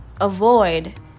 avoid